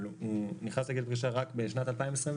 אבל הוא נכנס לגיל פרישה רק בשנת 2021,